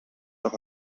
auch